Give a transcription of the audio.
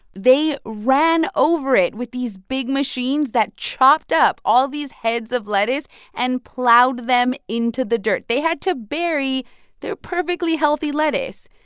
they ran over it with these big machines that chopped up all these heads of lettuce and plowed them into the dirt. they had to bury their perfectly healthy lettuce.